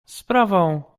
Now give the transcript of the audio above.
sprawą